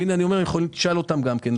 הנה אני אומר, תשאל אותם גם כן.